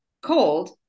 cold